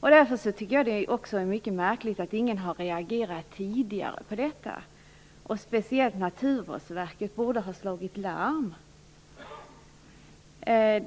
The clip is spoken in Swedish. Det är också mycket märkligt att ingen har reagerat tidigare, särskilt Naturvårdsverket borde ha slagit larm.